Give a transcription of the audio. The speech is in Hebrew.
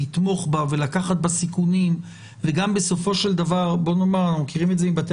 לתמוך בה ולקחת בה סיכונים ובסופו של דבר אנחנו מכירים את זה מבתי